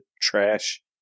trash